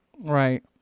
Right